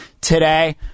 today